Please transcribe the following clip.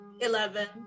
Eleven